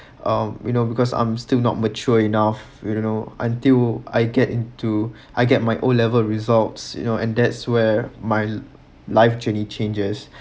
um you know because I'm still not mature enough you know until I get into I get my O level results you know and that's where my life journey changes